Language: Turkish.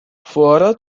fuara